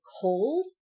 cold